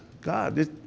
God